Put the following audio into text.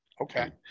okay